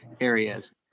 areas